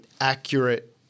accurate